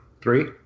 three